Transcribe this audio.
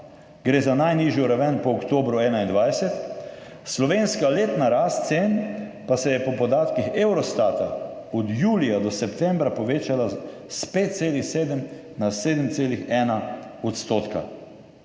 Gre za najnižjo raven po oktobru 2021. Slovenska letna rast cen pa se je po podatkih Eurostata od julija do septembra povečala s 5,7 na 7,1 %.